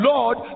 Lord